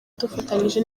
dufatanyije